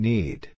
Need